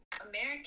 American